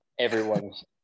everyone's